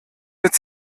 mit